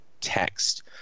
text